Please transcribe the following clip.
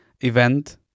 event